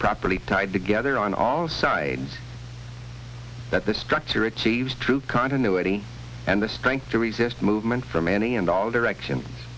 properly tied together on all sides that the structure achieves through continuity and the strength to resist movement from any and all direction